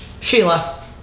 Sheila